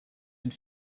and